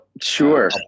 Sure